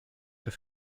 der